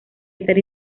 estar